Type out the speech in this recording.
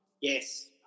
yes